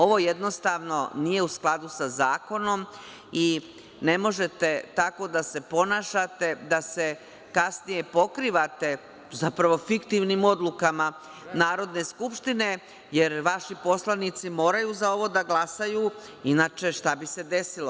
Ovo jednostavno nije u skladu sa zakonom i ne možete tako da se ponašate, da se kasnije pokrivate zapravo fiktivnim odlukama Narodne skupštine jer vaši poslanici moraju za ovo da glasaju, inače, šta bi se desilo?